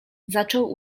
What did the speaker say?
zaczął